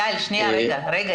אני שוב אומרת